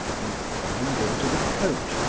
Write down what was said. and climbed into the coach,